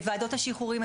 את ועדות השחרורים,